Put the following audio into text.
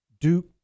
Duke